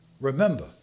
Remember